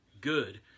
good